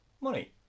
money